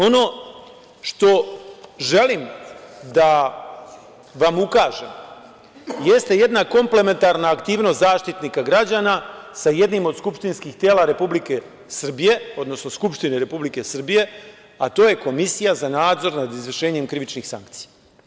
Ono što želim da vam ukažem, jeste jedna komplementarna aktivnost Zaštitnika građana sa jednim od skupštinskih tela Republike Srbije, odnosno Skupštine Republike Srbije, a to je Komisija za nadzor nad izvršenjem krivičnih sankcija.